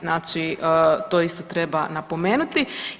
Znači to isto treba napomenuti.